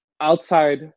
outside